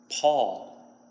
Paul